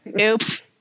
Oops